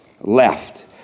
left